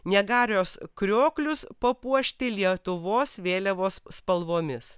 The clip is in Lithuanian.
niagarios krioklius papuošti lietuvos vėliavos spalvomis